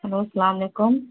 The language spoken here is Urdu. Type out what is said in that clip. ہیلو سلام علیکم